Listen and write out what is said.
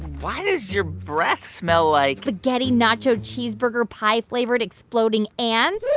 why does your breath smell like. spaghetti-nacho-cheeseburger-pie-flavored exploding ants?